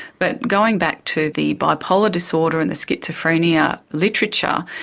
but going back to the bipolar disorder and the schizophrenia literature,